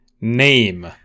name